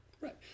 Right